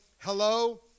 Hello